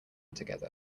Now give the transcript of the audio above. together